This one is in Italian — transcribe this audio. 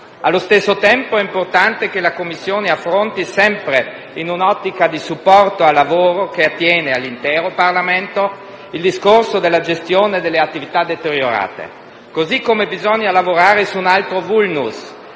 Allo stesso tempo, è importante che la Commissione affronti, sempre in un'ottica di supporto al lavoro che attiene all'intero Parlamento, il discorso della gestione delle attività deteriorate. Così come bisogna lavorare su un altro *vulnus*: